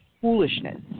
foolishness